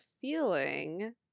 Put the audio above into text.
feeling